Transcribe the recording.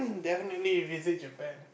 definitely you visit your friend